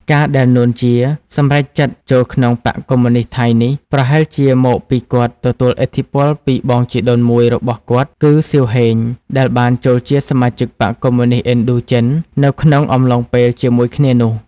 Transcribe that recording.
ការណ៍ដែល នួន ជា សម្រេចចិត្តចូលក្នុងបក្សកុម្មុយនិស្តថៃនេះ ប្រហែលជាមកពីគាត់ទទួលឥទ្ធិពលពីបងជីដូនមួយរបស់គាត់ គឺ សៀវ ហេង ដែលបានចូលជាសមាជិកបក្សកុម្មុយនិស្តឥណ្ឌូចិន នៅក្នុងអំឡុងពេលជាមួយគ្នានោះ។